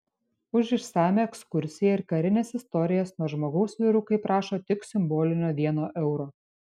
už išsamią ekskursiją ir karines istorijas nuo žmogaus vyrukai prašo tik simbolinio vieno euro